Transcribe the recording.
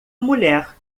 mulher